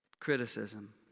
Criticism